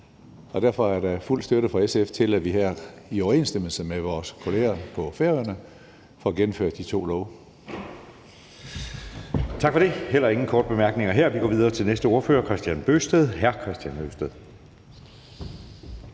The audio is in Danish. Derfor er der fuld støtte fra SF til, at vi her i overensstemmelse med vores kolleger på Færøerne får gennemført de to love. Kl. 12:47 Anden næstformand (Jeppe Søe): Tak for det. Der er heller ingen korte bemærkninger her. Vi går videre til næste ordfører, hr. Kristian Bøgsted.